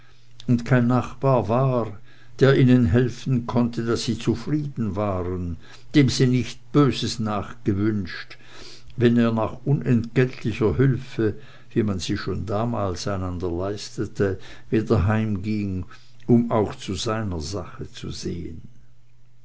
und kein nachbar war der ihnen helfen konnte daß sie zufrieden waren dem sie nicht böses nachgewünscht wenn er nach unentgeltlicher hülfe wie man sie schon damals einander leistete wieder heimging um auch zu seiner sache zu sehen